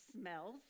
smells